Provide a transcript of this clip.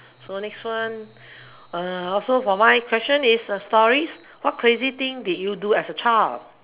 so next one uh also for my question is a story what crazy thing did you do as a child